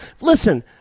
Listen